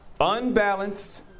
unbalanced